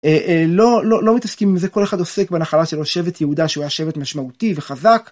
לא מתעסקים עם זה, כל אחד עוסק בנחלה שלו, שבט יהודה שהוא היה שבט משמעותי וחזק.